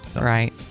Right